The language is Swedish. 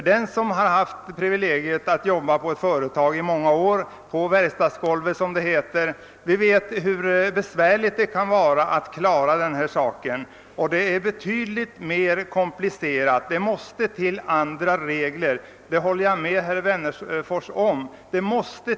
Den som har haft privilegiet att under många år jobba hos ett företag — på verkstadsgolvet, som det heter — vet hur besvärligt det kan vara att klara dessa problem. Här måste till några andra regler — det håller jag med herr Wennerfors om.